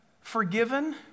forgiven